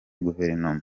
guverinoma